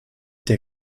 der